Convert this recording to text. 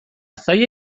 zaila